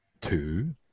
two